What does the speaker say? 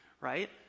right